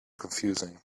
confusing